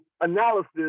analysis